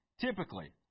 typically